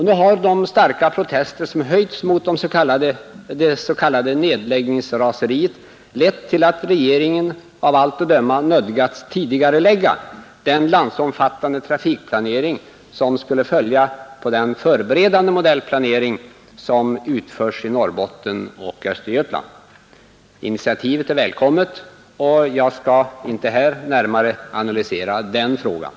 Nu har de starka protester som höjts mot det s.k. nedläggningsraseriet lett till att regeringen av allt att döma nödgats tidigarelägga den landsomfattande trafikplanering som skulle följa på den förberedande modellplanering som utförs i Norrbotten och Östergötland. Initiativet är välkommet, men jag skall inte här närmare analysera den frågan.